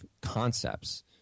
concepts